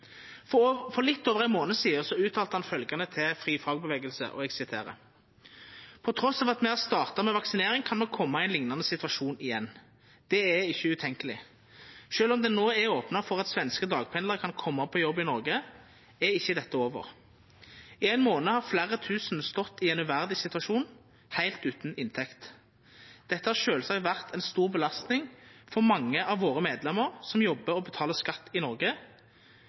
For litt over ein månad sidan uttalte han til FriFagbevegelse: «På tross av at vi har startet med vaksinering, kan vi komme i en lignende situasjon igjen. Det er ikke utenkelig. Selv om det nå er åpnet for at svenske dagpendlere kan komme på jobb i Norge, er ikke dette over. I en måned har flere tusen stått i en uverdig situasjon helt uten inntekt. Dette har selvsagt vært en stor belastning for mange av våre medlemmer som jobber og betaler skatt i Norge.